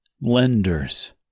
Lenders